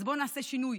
אז בואו נעשה שינוי,